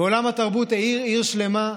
ועולם התרבות האיר עיר שלמה.